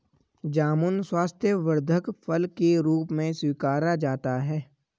जामुन स्वास्थ्यवर्धक फल के रूप में स्वीकारा जाता है